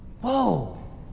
Whoa